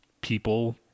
people